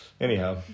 anyhow